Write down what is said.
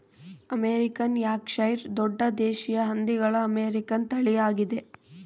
American Yorkshire ದೊಡ್ಡ ದೇಶೀಯ ಹಂದಿಗಳ ಅಮೇರಿಕನ್ ತಳಿಯಾಗಿದೆ